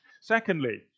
Secondly